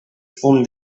fum